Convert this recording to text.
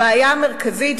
הבעיה המרכזית,